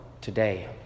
today